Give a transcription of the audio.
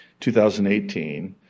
2018